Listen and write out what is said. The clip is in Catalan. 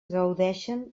gaudeixen